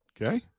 Okay